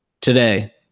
Today